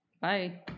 Bye